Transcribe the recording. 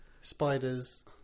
Spiders